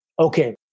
Okay